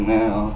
now